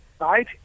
right